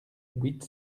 huit